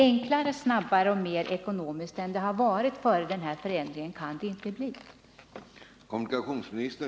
Enklare, snabbare och mer ekonomiskt än det varit före den här förändringen Om antalet uppkörkan det inte bli.